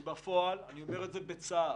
בפועל ואני אומר את זה בצער,